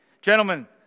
Gentlemen